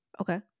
Okay